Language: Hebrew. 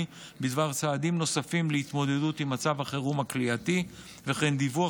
בדבר צעדים נוספים להתמודדות עם מצב החירום הכליאתי וכן דיווח